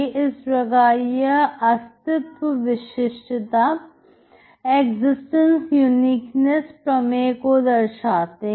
इस प्रकार यह अस्तित्व विशिष्टता प्रमेय को दर्शाते हैं